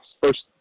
first